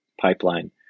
pipeline